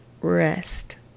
rest